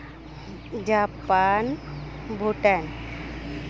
Japan Bhutan